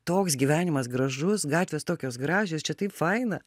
toks gyvenimas gražus gatvės tokios gražios čia taip faina